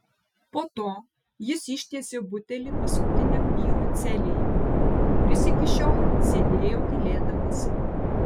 po to jis ištiesė butelį paskutiniam vyrui celėje kuris iki šiol sėdėjo tylėdamas